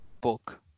book